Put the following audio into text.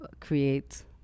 create